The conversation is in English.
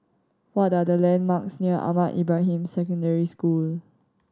what are the landmarks near Ahmad Ibrahim Secondary School